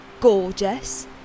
gorgeous